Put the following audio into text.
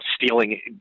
stealing